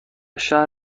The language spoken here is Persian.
شهر